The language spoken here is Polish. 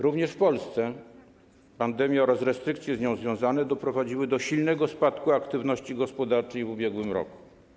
Również w Polsce pandemia oraz restrykcje z nią związane doprowadziły do silnego spadku aktywności gospodarczej w ubiegłym roku.